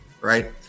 right